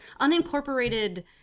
Unincorporated